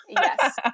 Yes